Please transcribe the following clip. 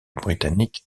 britannique